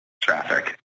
traffic